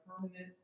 permanent